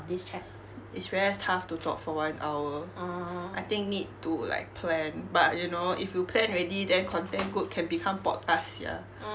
it's very tough to talk for one hour I think need to like plan but you know if you plan already then content good can become podcast sia mm